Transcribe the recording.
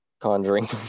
Conjuring